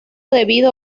debido